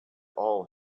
all